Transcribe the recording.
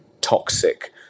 toxic